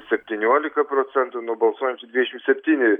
septyniolika procentų nuo balsuojančių dvidešimt septyni